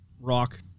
rock